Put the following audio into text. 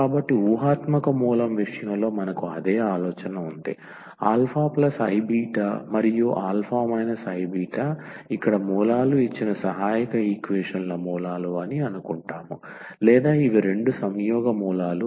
కాబట్టి ఊహాత్మక మూలం విషయంలో మనకు అదే ఆలోచన ఉంది αiβ మరియు ఈ α iβ ఇక్కడ మూలాలు ఇచ్చిన సహాయక ఈక్వేషన్ ల మూలాలు అని అనుకుంటాము లేదా ఇవి రెండు సంయోగ మూలాలు అనుకుంటాము